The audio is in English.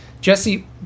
jesse